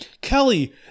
Kelly